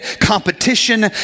competition